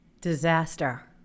disaster